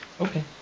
Okay